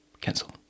Cancel